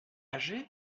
âgé